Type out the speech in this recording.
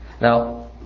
Now